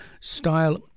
style